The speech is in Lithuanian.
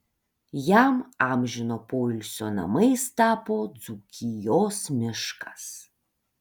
jam amžino poilsio namais tapo dzūkijos miškas